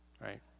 Right